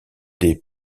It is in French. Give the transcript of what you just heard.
des